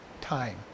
time